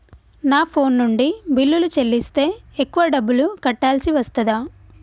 నా ఫోన్ నుండి బిల్లులు చెల్లిస్తే ఎక్కువ డబ్బులు కట్టాల్సి వస్తదా?